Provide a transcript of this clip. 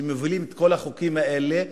שמובילים את כל החוקים האלה.